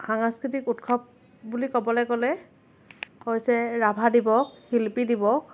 সাংস্কৃতিক উৎসৱ বুলি ক'বলৈ গ'লে হৈছে ৰাভা দিৱস শিল্পী দিৱস